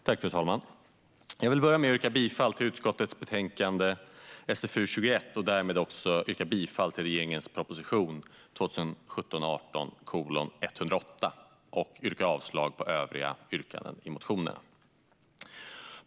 Fru talman! Jag vill börja med att yrka bifall till förslaget i utskottets betänkande SfU21 och därmed också till förslaget i regeringens proposition 2017/18:108. Jag vill dessutom yrka avslag på övriga yrkanden i motionerna.